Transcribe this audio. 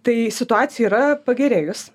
tai situacija yra pagerėjus